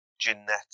genetic